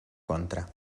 contra